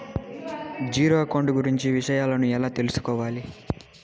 Zero account కు గురించి విషయాలను ఎలా తెలుసుకోవాలి?